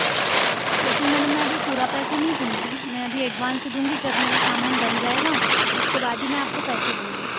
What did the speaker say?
लेकिन मैडम मैं अभी पूरा पैसा नहीं दूंगी मैं अभी एडवांस दूंगी जब मेरा सामान बन जाएगा उसके बाद ही मैं आप को पैसे दूंगी